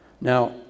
now